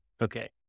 okay